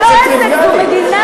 בוודאי שלא,